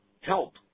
Help